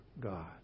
God